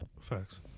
Facts